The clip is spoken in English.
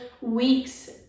weeks